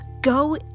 go